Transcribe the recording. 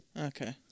Okay